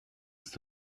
ist